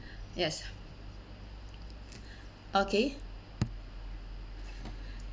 yes okay